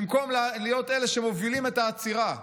במקום להיות אלה שמובילים את העצירה,